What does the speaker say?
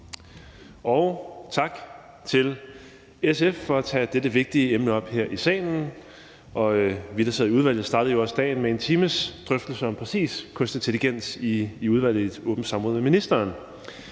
Og tak til SF for at tage dette vigtige emne op her i salen, og vi, der sidder i udvalget, startede jo også dagen med en times drøftelse om præcis kunstig intelligens i et åbent samråd med ministeren.